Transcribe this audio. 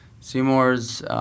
Seymour's